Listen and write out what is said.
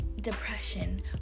depression